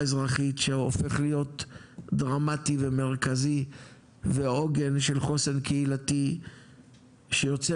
אזרחית שהופך להיות דרמטי ומרכזי ועוגן של חוסן קהילתי שיוצא